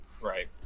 Right